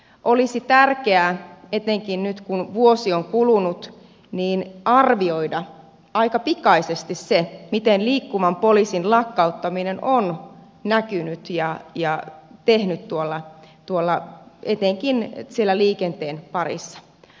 olisi tärkeää etenkin nyt kun vuosi on kulunut arvioida aika pikaisesti se miten liikkuvan poliisin lakkauttaminen on näkynyt ja mitä se on tehnyt etenkin liikenteen parissa